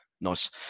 nice